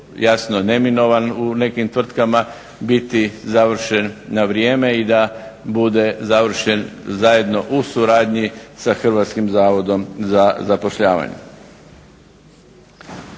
jasno neminovan u nekim tvrtkama biti završen na vrijeme i da bude završen zajedno u suradnji sa Hrvatskim zavodom za zapošljavanje.